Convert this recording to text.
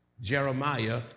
Jeremiah